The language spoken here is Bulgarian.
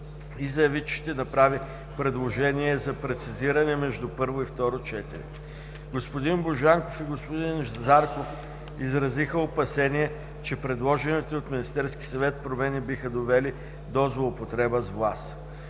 и заяви, че ще направи предложение за прецизиране между първо и второ четене. Господин Божанков и господин Зарков изразиха опасение, че предложените от Министерския съвет промени биха довели до злоупотреба с власт.